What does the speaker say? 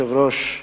אדוני היושב-ראש,